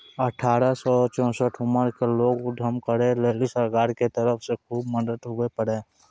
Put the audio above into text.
अठारह से चौसठ उमर के लोग उद्यम करै लेली सरकार के तरफ से खुब मदद हुवै पारै